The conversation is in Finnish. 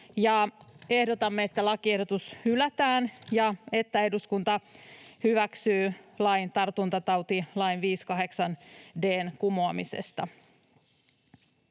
Ehdotamme, että lakiehdotus hylätään ja että eduskunta hyväksyy lain tartuntatautilain 58 d §:n kumoamisesta.